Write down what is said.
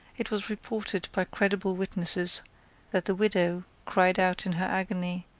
it was reported by credible witnesses that the widow cried out in her agony,